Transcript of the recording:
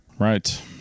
Right